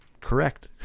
correct